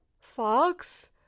Fox